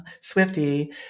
Swifty